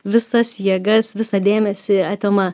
visas jėgas visą dėmesį atima